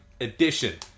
edition